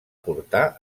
portar